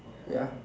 ya